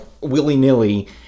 willy-nilly